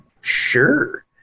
sure